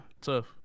Tough